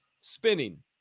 spinning